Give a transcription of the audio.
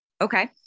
Okay